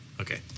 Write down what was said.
Okay